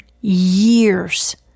years